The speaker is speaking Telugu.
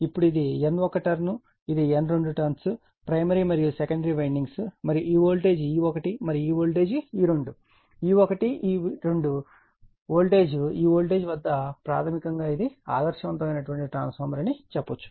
ఇప్పుడు ఇది N1 టర్న్ మరియు ఇది N2 టర్న్ ప్రైమరీ మరియు సెకండరీ వైండింగ్స్ మరియు ఈ వోల్టేజ్ E1 మరియు ఈ వోల్టేజ్ E2 E1 మరియు E2 వోల్టేజ్ ఈ వోల్టేజ్ వద్ద ప్రాథమికంగా ఇది ఆదర్శవంతమైన ట్రాన్స్ఫార్మర్ అని చెప్పవచ్చు